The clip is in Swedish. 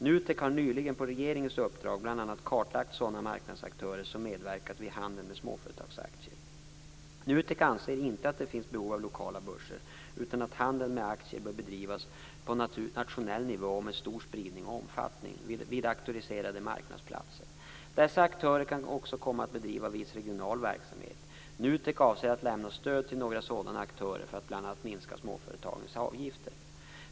NUTEK har nyligen på regeringens uppdrag bl.a. kartlagt sådana marknadsaktörer som medverkat vid handel med småföretagsaktier. NUTEK anser inte att det finns behov av lokala börser utan att handeln med aktier bör bedrivas på nationell nivå och med stor spridning och omfattning vid auktoriserade marknadsplatser. Dessa aktörer kan också komma att bedriva viss regional verksamhet. NUTEK avser att lämna stöd till några sådan aktörer för att bl.a. minska småföretagens avgifter.